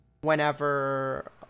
whenever